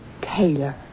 Taylor